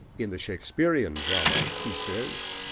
in the shakespearian drama, he says,